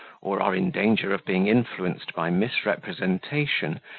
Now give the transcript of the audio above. or are in danger of being influenced by misrepresentation,